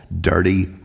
dirty